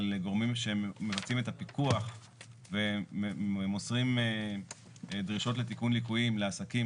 על הגורמים שמבצעים את הפיקוח ומוסרים דרישות לתיקון ליקויים לעסקים,